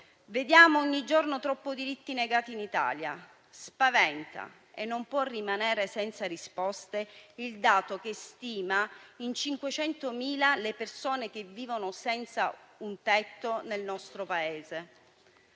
Vediamo ogni giorno troppi diritti negati in Italia. Spaventa e non può rimanere senza risposte il dato che stima in 500.000 le persone che vivono senza un tetto nel nostro Paese.